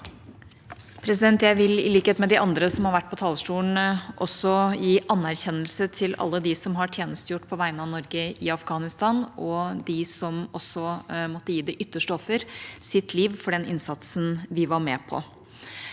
le- der): Jeg vil, i likhet med de andre som har vært på talerstolen, også gi anerkjennelse til alle dem som har tjenestegjort på vegne av Norge i Afghanistan, og til dem som også måtte gi det ytterste offer – sitt liv – for den innsatsen vi var med på.